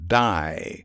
die